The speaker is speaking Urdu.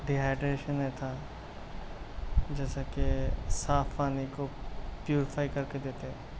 ڈیہائڈریشن نہیں تھا جیسا کہ صاف پانی کو پیوریفائی کر کے دیتے